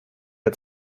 der